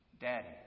Daddy